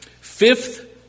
Fifth